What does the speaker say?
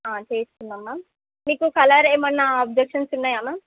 చేసుకుందాం మ్యామ్ మీకు కలర్ ఏమన్నా అబ్జెక్షన్స్ ఉన్నాయా మ్యామ్